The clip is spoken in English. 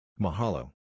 Mahalo